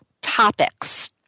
Topics